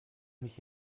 mich